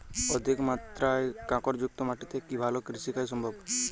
অধিকমাত্রায় কাঁকরযুক্ত মাটিতে কি ভালো কৃষিকাজ সম্ভব?